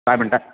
काय म्हणताय